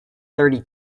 thirty